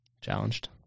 Challenged